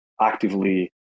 actively